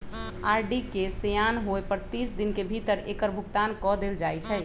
RD के सेयान होय पर तीस दिन के भीतरे एकर भुगतान क देल जाइ छइ